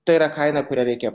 tai yra kaina kurią reikia